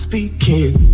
Speaking